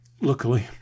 luckily